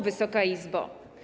Wysoka Izbo!